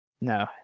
No